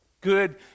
good